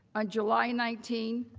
on july nineteen,